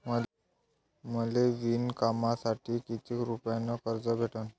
मले विणकामासाठी किती रुपयानं कर्ज भेटन?